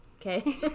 okay